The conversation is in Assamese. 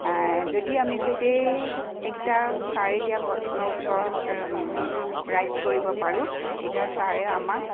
যদি আমি গোটেই এইকেইটা ছাৰে দিয়া প্ৰশ্ন উত্তৰ ৰাইট কৰিব পাৰোঁ তেতিয়া ছাৰে আমাক